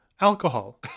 alcohol